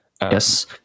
Yes